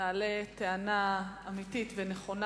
מעלה טענה אמיתית ונכונה.